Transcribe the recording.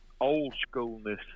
old-schoolness